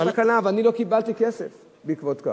יש תקלה ואני לא קיבלתי כסף בעקבות כך.